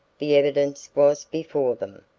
the evidence was before them.